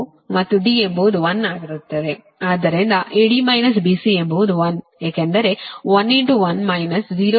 ಆದ್ದರಿಂದ AD BC ಎಂಬುದು1 ಏಕೆಂದರೆ 1 1 - 0 Z